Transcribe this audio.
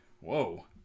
Whoa